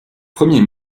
premier